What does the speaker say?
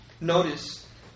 Notice